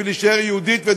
הנביא אמר